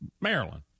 Maryland